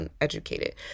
uneducated